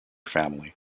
family